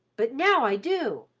but now i do,